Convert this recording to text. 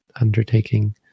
undertaking